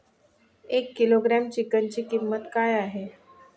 एक किलोग्रॅम चिकनची किंमत काय आहे?